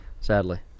sadly